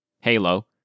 Halo